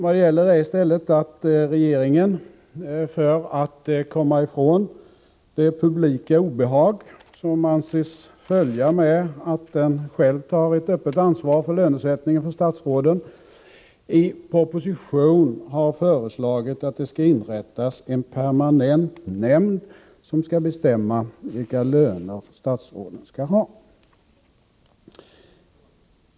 Vad ärendet gäller är att regeringen, för att komma ifrån det publika obehag som anses följa med att regeringen själv öppet tar ansvar för lönesättningen för statsråden, i proposition föreslagit att det skall inrättas en permanent nämnd som skall bestämma vilka löner statsråden skall ha.